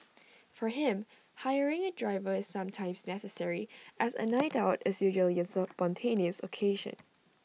for him hiring A driver is sometimes necessary as A night out is usually A spontaneous occasion